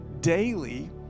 daily